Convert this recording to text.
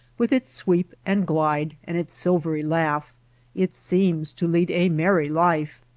with its sweep and glide and its silvery laugh it seems to lead a merry life.